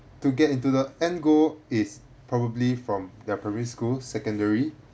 to get into the end goal is probably from their primary school secondary